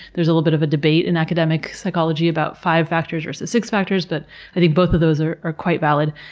there's a little bit of a debate in academic psychology about five factors versus six factors, but i think both of those are are quite valid.